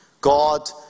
God